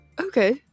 okay